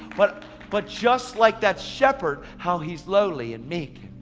but but just like that shepherd, how he's lowly and meek,